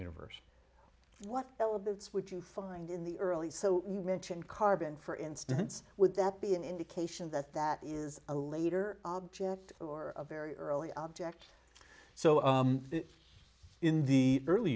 universe what well that's what you find in the early so we mentioned carbon for instance would that be an indication that that is a later object or a very early object so in the early